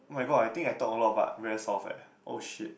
[oh]-my-god I think I talk a lot but very soft eh oh shit